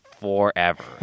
forever